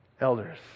elders